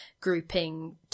grouping